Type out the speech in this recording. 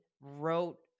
wrote